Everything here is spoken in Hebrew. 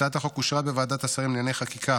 הצעת החוק אושרה בוועדת השרים לענייני חקיקה